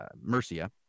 mercia